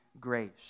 grace